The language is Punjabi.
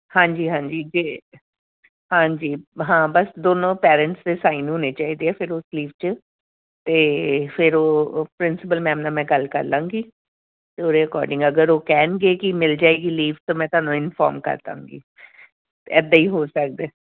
ਹਾਂਜੀ ਹਾਂਜੀ ਜੇ ਹਾਂਜੀ ਹਾਂ ਬਸ ਦੋਨੋਂ ਪੇਰੈਂਟਸ ਦੇ ਸਾਈਨ ਹੋਣੇ ਚਾਹੀਦੇ ਹੈ ਫਿਰ ਉਸ ਲੀਵ 'ਚ ਅਤੇ ਫਿਰ ਉਹ ਪ੍ਰਿੰਸਪਲ ਮੈਮ ਨਾਲ ਮੈਂ ਗੱਲ ਕਰ ਲਾਂਗੀ ਅਤੇ ਉਹਦੇ ਅਕੋਰਡਿੰਗ ਅਗਰ ਉਹ ਕਹਿਣਗੇ ਕਿ ਮਿਲ ਜਾਏਗੀ ਲੀਵ ਤਾਂ ਮੈਂ ਤੁਹਾਨੂੰ ਇਨਫੋਰਮ ਕਰ ਦਾਂਗੀ ਅਤੇ ਇੱਦਾਂ ਹੀ ਹੋ ਸਕਦਾ